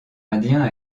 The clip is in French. indien